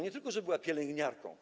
Nie tylko była pielęgniarką.